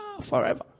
Forever